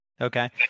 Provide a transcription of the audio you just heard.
Okay